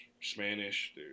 Spanish